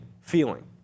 feeling